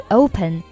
open